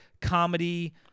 comedy